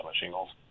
shingles